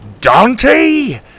Dante